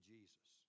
Jesus